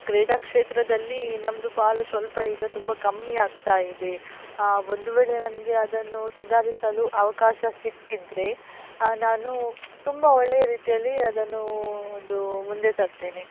ಕ್ರೀಡಾ ಕ್ಷೇತ್ರದಲ್ಲಿ ನಮ್ಮದು ಪಾಲು ಸ್ವಲ್ಪ ಈಗ ತುಂಬ ಕಮ್ಮಿ ಆಗ್ತಾ ಇದೆ ಒಂದು ವೇಳೆ ನನಗೆ ಅದನ್ನು ಸುಧಾರಿಸಲು ಅವಕಾಶ ಸಿಕ್ಕಿದರೆ ನಾನು ತುಂಬಾ ಒಳ್ಳೆಯ ರೀತಿಯಲ್ಲಿ ಅದನ್ನು ಒಂದು ಮುಂದೆ ತರುತ್ತೇನೆ